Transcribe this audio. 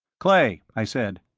clay, i said,